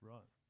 Right